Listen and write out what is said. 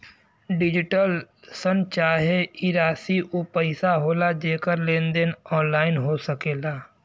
digital शन चाहे ई राशी ऊ पइसा होला जेकर लेन देन ऑनलाइन हो सकेला